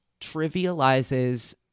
trivializes